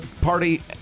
party